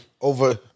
over